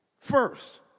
First